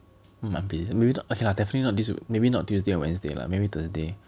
mm I'm busy maybe not okay lah definitely not this week maybe not tuesday or wednesday lah maybe thursday